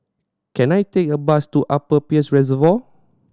can I take a bus to Upper Peirce Reservoir